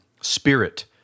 spirit